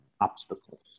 obstacles